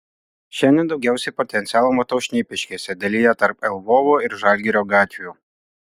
šiandien daugiausiai potencialo matau šnipiškėse dalyje tarp lvovo ir žalgirio gatvių